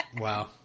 Wow